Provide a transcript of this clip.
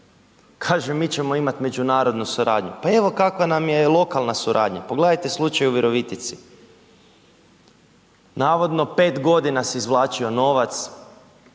kaže mi ćemo imat međunarodnu suradnju, pa evo kakva nam je i lokalna suradnja, pogledajte slučaj u Virovitici, navodno 5.g. se izvlačio novac,